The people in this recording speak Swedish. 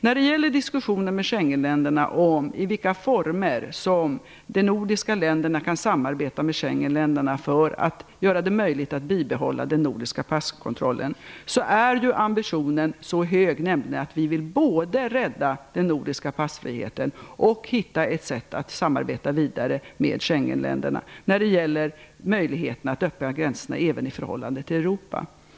När det gäller diskussionerna med Schengenländerna om i vilka former som de nordiska länderna kan samarbeta med Schengenländerna för att göra det möjligt att bibehålla reglerna för den nordiska passkontrollen, är ju ambitionen så hög att vi vill både rädda den nordiska passfriheten och hitta ett sätt att samarbeta vidare med Schengenländerna angående möjligheterna att öppna gränserna även i förhållande till Europa.